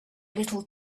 little